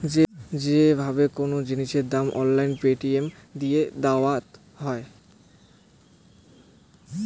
যে ভাবে কোন জিনিসের দাম অনলাইন পেটিএম দিয়ে দায়াত হই